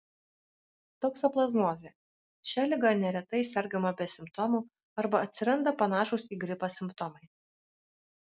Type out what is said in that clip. toksoplazmozė šia liga neretai sergama be simptomų arba atsiranda panašūs į gripą simptomai